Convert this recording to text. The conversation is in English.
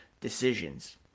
decisions